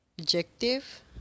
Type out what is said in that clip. Objective